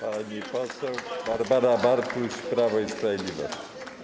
Pani poseł Barbara Bartuś, Prawo i Sprawiedliwość.